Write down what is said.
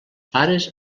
pares